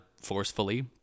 forcefully